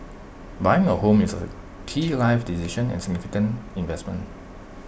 buying A home is A key life decision and significant investment